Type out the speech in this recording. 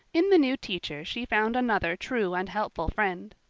in the new teacher she found another true and helpful friend.